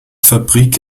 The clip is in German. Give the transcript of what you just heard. fabrik